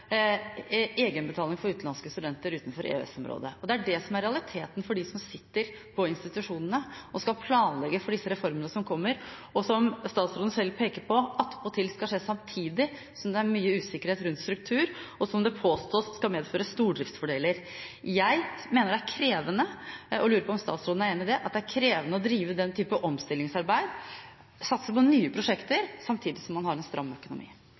egenbetaling for utenlandske studenter fra utenfor EØS-området. Det er det som er realiteten for dem som sitter i institusjonene og skal planlegge for de reformene som kommer, og som – som statsråden selv peker på – attpåtil skal skje samtidig som det er mye usikkerhet rundt struktur, og som det påstås skal medføre stordriftsfordeler. Jeg mener det er krevende og lurer på om statsråden er enig i det – at det er krevende å drive den typen omstillingsarbeid, satse på nye prosjekter, samtidig som man har en stram økonomi.